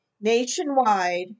Nationwide